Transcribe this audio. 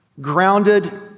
grounded